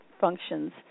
functions